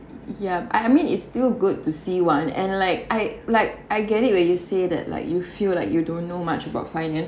ya I mean it's still good to see one and like I like I get it where you say that like you feel like you don't know much about finance